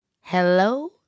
Hello